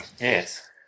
Yes